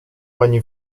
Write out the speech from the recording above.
pani